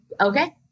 okay